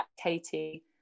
katie